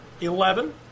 Eleven